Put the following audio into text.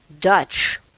Dutch